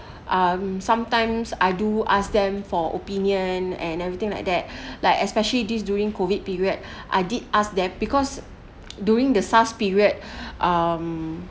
um sometimes I do ask them for opinion and everything like that like especially this during COVID period I did ask them because during the SARS period um